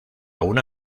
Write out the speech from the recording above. una